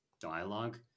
dialogue